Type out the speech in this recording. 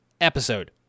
episode